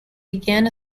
began